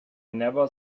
never